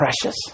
precious